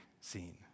scene